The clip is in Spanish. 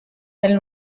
del